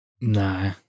nah